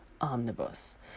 omnibus